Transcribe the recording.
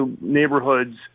neighborhoods